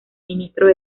ministros